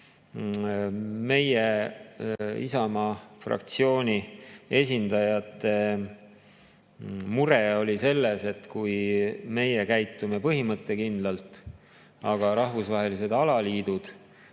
Isamaa fraktsiooni esindajate mure oli selles, et kui meie käitume põhimõttekindlalt, aga rahvusvahelised alaliidud